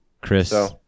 Chris